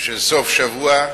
של סוף-שבוע,